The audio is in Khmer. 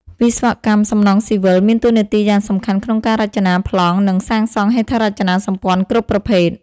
វិស្វកម្មសំណង់ស៊ីវិល មានតួនាទី យ៉ាងសំខាន់ ក្នុងការ រចនា ប្លង់ និងសាងសង់ហេដ្ឋារចនាសម្ព័ន្ធ គ្រប់ប្រភេទ។